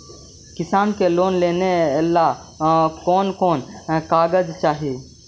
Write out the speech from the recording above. किसान के लोन लेने ला कोन कोन कागजात चाही?